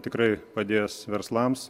tikrai padės verslams